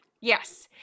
Yes